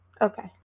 Okay